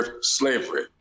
slavery